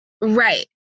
Right